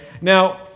Now